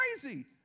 crazy